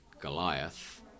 Goliath